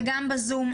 וגם בזום.